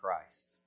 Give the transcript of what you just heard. Christ